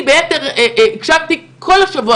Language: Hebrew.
אני הקשבתי כל השבוע